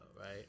right